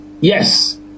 Yes